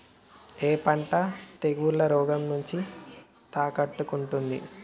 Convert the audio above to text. ఏ పంట తెగుళ్ల రోగం నుంచి తట్టుకుంటుంది?